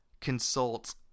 consult